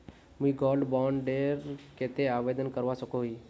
मुई gold bond डेर केते आवेदन करवा सकोहो ही?